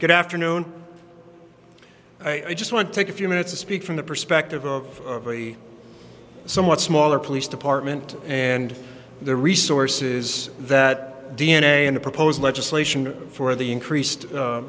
good afternoon i just want to take a few minutes to speak from the perspective of the somewhat smaller police department and the resources that d n a and proposed legislation for the increased